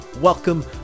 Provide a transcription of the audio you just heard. welcome